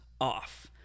off